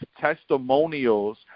testimonials